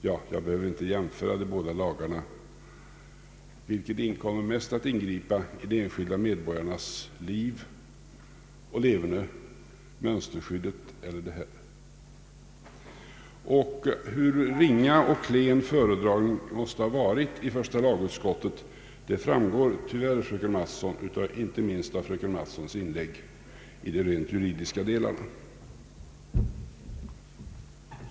Ja, jag behöver inte jämföra de båda lagarna: Vilken lag ingriper mest i de enskilda medborgarnas liv och leverne — lagen om mönsterskydd elier den lag vi nu behandlar? Hur ringa föredragningen måste ha varit i första lagutskottet framgår tyvärr, fröken Mattson, inte minst av fröken Mattsons inlägg i de rent juridiska delarna.